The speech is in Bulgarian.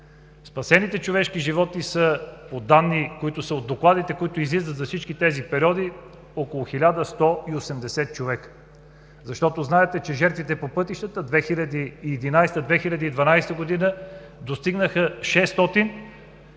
данни, които са от докладите, които излизат за всички тези периоди, около 1180 човека. Защото, знаете, че жертвите по пътищата – 2011-2012 г., достигнаха 600.